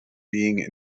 being